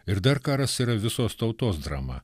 ir dar karas yra visos tautos drama